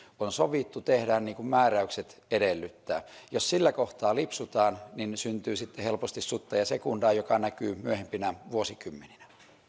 kuin on sovittu tehdään niin kuin määräykset edellyttävät jos siinä kohtaa lipsutaan niin syntyy sitten helposti sutta ja sekundaa joka näkyy myöhempinä vuosikymmeninä